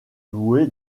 doué